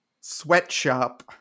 sweatshop